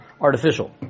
artificial